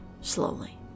slowly